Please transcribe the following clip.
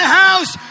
house